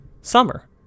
Summer